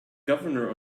governor